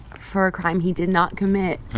for a crime he did not commit.